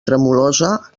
tremolosa